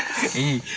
eh